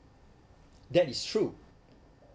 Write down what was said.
that is true